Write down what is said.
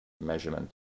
measurement